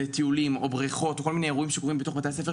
טיולים או בריכות או כל מיני אירועים שקורים בתוך בתי הספר,